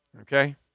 Okay